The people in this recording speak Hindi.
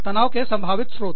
तनाव की संभावित स्रोत